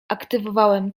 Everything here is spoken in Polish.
aktywowałem